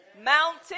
mountain